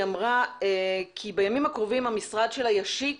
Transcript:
היא אמרה שבימים הקרובים המשרד שלה ישיק